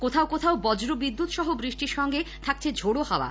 কোথাও কোথাও বজ্র বিদ্যুৎ সহ বৃষ্টির সঙ্গে থাকছে ঝোড়ো হাওয়া